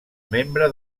membre